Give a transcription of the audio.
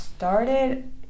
Started